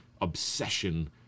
obsession